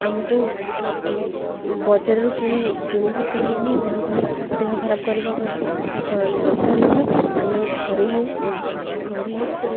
ଆମକୁ ବଜାରରୁ କିଣି କିଣିକି କିଛି ବି ଦେହ ଖ ଦେହ ଖରାପ କରିବା ଦରକାର ନୁହଁ ଆମେ ଘରେ ହିଁ ଘରେ ହିଁ